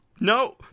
No